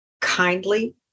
kindly